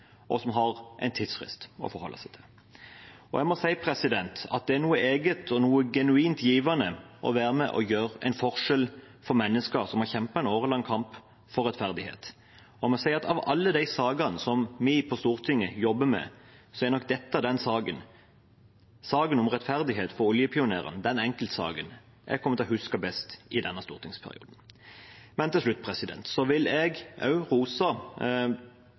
og som har en tidsfrist å forholde seg til. Jeg må si at det er noe eget og genuint givende ved å være med og gjøre en forskjell for mennesker som har kjempet en årelang kamp for rettferdighet. Av alle de sakene vi på Stortinget jobber med, er nok dette – saken om rettferdighet for oljepionerene – den enkeltsaken jeg kommer til å huske best fra denne stortingsperioden. Til slutt vil jeg også rose